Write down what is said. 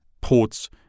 ports